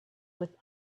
with